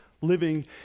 living